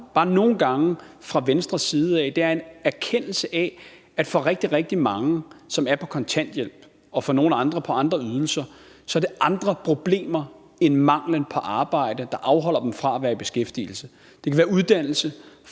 bare nogle gange savner fra Venstres side, er en erkendelse af, at for rigtig, rigtig mange, som er på kontanthjælp, og for nogle andre på andre ydelser, så er det andre problemer end mangelen på arbejde, der afholder dem fra at være i beskæftigelse. Det kan være uddannelse.